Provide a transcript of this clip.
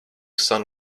sun